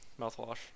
mouthwash